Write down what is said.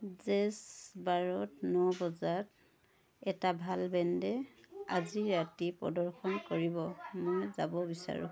jazz বাৰত ন বজাত এটা ভাল বেণ্ডে আজি ৰাতি প্ৰদৰ্শন কৰিব মই যাব বিচাৰোঁ